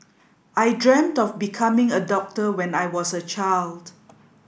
I dreamt of becoming a doctor when I was a child